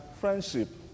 friendship